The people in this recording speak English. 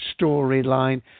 storyline